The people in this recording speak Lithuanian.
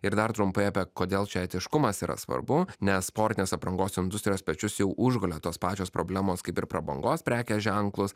ir dar trumpai apie kodėl čia etiškumas yra svarbu nes sportinės aprangos industrijos pečius jau užgulė tos pačios problemos kaip ir prabangos prekės ženklus